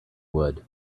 would